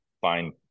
fine